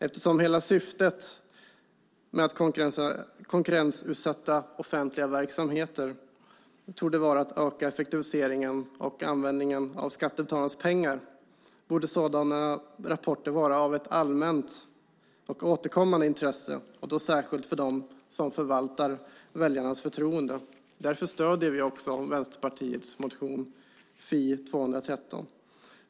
Eftersom hela syftet med att konkurrensutsätta offentliga verksamheter torde vara att öka effektiviseringen och användningen av skattebetalarnas pengar borde sådana rapporter vara av ett allmänt och återkommande intresse, och då särskilt för dem som förvaltar väljarnas förtroende. Därför stöder vi Vänsterpartiets motion Fi213.